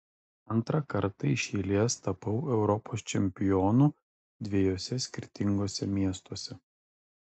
antrą kartą iš eilės tapau europos čempionu dviejuose skirtinguose miestuose